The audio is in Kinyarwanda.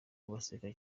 baseka